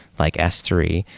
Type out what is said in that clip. like s three,